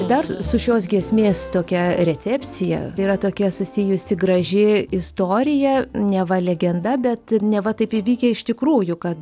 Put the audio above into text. dar su šios giesmės tokia recepcija yra tokia susijusi graži istorija neva legenda bet neva taip įvykę iš tikrųjų kad